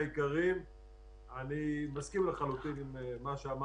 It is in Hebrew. אני רוצה להתחבר לדברים שאמר